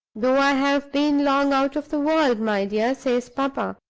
though i have been long out of the world, my dear says papa,